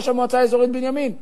ראש המועצה האזורית בנימין לשעבר?